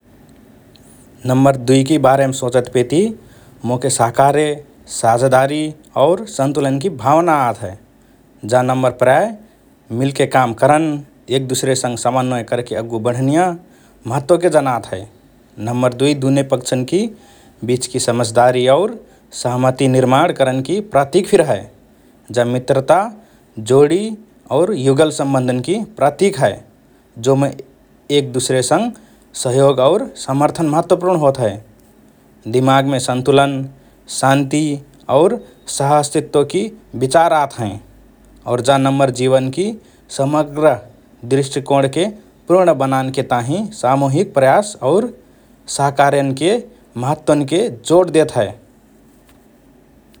Number दुई कि बारेम सोचतपेति मोके सहकार्य, साझेदारी और सन्तुलनकि भावना आत हए । जा नम्बर प्रायः मिलके काम करन, एक दुसरेसँग समन्वय करके अग्गु बढनिया महत्वके जनात हए । नम्बर दुई दुने पक्षन्कि बीचकि समझदारी और सहमति निर्माण करनकि प्रतिक फिर हए । जा मित्रता, जोडी और युगल सम्बन्धन्कि प्रतिक हए, जोमे एक दुसरेसँग सहयोग और समर्थन महत्वपूर्ण होत हए । दिमागमे सन्तुलन, शान्ति और सह–अस्तित्वकि विचार आत हएँ और जा नम्बर जीवनकि समग्र दृष्टिकोणके पूर्ण बनानके ताहिँ सामूहिक प्रयास और सहकार्यन्के महत्वन्के जोड देत हए ।